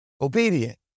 obedient